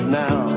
now